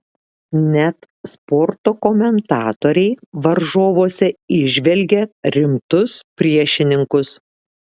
net sporto komentatoriai varžovuose įžvelgia rimtus priešininkus